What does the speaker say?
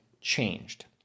changed